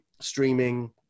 streaming